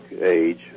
age